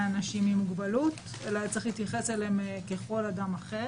אנשים עם מוגבלות אלא יש להתייחס אליהם ככל אדם אחר,